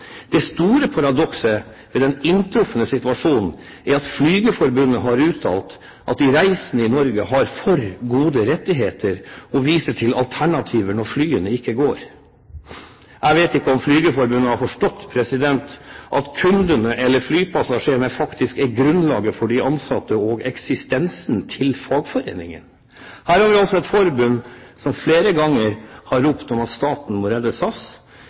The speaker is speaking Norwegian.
Det store paradokset ved den inntrufne situasjonen er at Norsk Flygerforbund har uttalt at de reisende i Norge har for gode rettigheter, og viser til alternativer når flyene ikke går. Jeg vet ikke om Norsk Flygerforbund har forstått at kundene eller flypassasjerene faktisk er grunnlaget for de ansatte og eksistensen til fagforeningen. Her har vi altså et forbund som flere ganger har ropt om at staten må redde